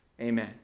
Amen